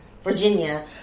Virginia